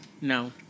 No